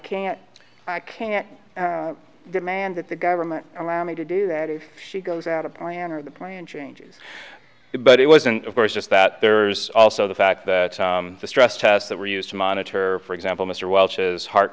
can't i can't demand that the government allow me to do that if she goes out a plan or the plan changes but it wasn't of course just that there's also the fact that the stress tests that were used to monitor for example mr welch's heart